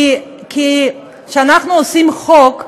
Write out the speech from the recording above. כי כשאנחנו עושים חוק,